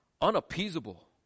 unappeasable